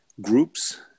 groups